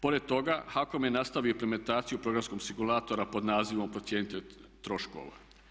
Pored toga, HAKOM je nastavio implementaciju programskog sigulatora pod nazivom procjenitelj troškova.